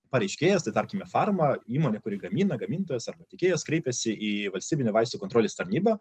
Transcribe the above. pareiškėjas tai tarkime farma įmonė kuri gamina gamintojas arba tiekėjas kreipiasi į valstybinę vaistų kontrolės tarnybą